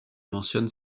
mentionne